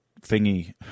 thingy